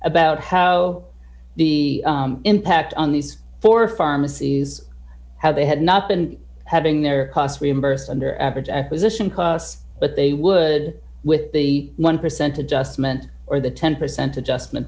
about how the impact on these four pharmacies how they had not been having their costs reimbursed under average acquisition costs but they would with the one percent adjustment or the ten percent adjustment